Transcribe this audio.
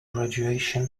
graduation